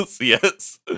yes